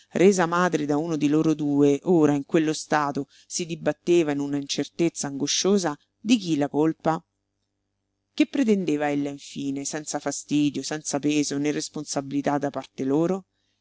resa madre da uno di loro due ora in quello stato si dibatteva in una incertezza angosciosa di chi la colpa che pretendeva ella infine senza fastidio senza peso né responsabilità da parte loro